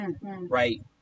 Right